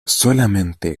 solamente